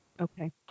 Okay